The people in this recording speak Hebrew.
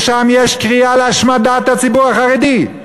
שם יש קריאה להשמדת הציבור החרדי.